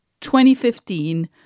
2015